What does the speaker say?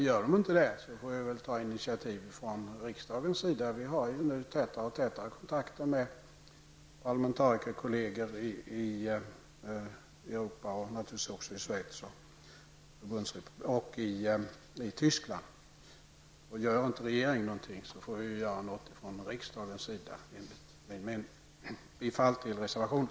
Gör den inte det, får vi ta initiativ från riksdagens sida. Vi har nu tätare och tätare kontakter med parlamentarikerkolleger i Europa och då naturligtvis även i Schweiz och i Tyskland. Gör regeringen ingenting, måste riksdagen handla. Jag yrkar bifall till reservationen.